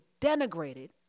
denigrated